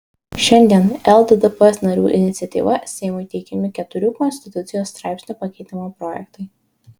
šiandien lddp narių iniciatyva seimui teikiami keturių konstitucijos straipsnių pakeitimo projektai